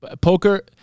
poker